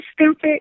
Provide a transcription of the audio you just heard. stupid